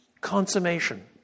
consummation